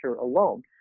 alone